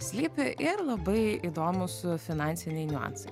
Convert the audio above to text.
slypi ir labai įdomūs finansiniai niuansai